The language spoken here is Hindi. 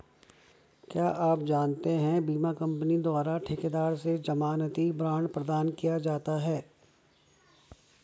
क्या आप जानते है बीमा कंपनी द्वारा ठेकेदार से ज़मानती बॉण्ड प्रदान किया जाता है?